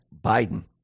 Biden